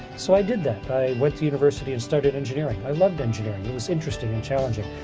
so i did that. i went to university and studied engineering. i loved engineering. it was interesting and challenging.